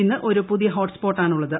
ഇന്ന് ഒരു പുതിയ ഹോട്ട് സ്പോട്ടാണുള്ളത്